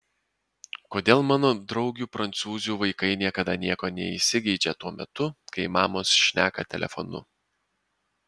kodėl mano draugių prancūzių vaikai niekada nieko neįsigeidžia tuo metu kai mamos šneka telefonu